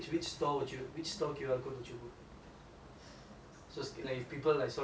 so like if people like saw you on the M_R_T and scan then they'll realise is this